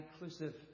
inclusive